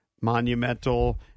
Monumental